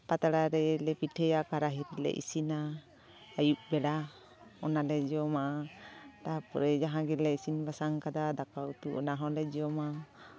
ᱯᱟᱛᱲᱟ ᱨᱮᱞᱮ ᱯᱤᱴᱷᱟᱹᱭᱟ ᱠᱟᱨᱟᱦᱤᱨᱮᱞᱮ ᱤᱥᱤᱱᱟ ᱟᱹᱭᱩᱵ ᱵᱮᱲᱟ ᱚᱱᱟᱞᱮ ᱡᱚᱢᱟ ᱛᱟᱨᱯᱚᱨᱮ ᱡᱟᱦᱟᱸ ᱜᱮᱞᱮ ᱤᱥᱤᱱ ᱵᱟᱥᱟᱝ ᱠᱟᱫᱟ ᱫᱟᱠᱟ ᱩᱛᱩ ᱚᱱᱟ ᱦᱚᱸᱞᱮ ᱡᱚᱢᱟ